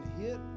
hit